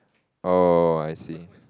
oh I see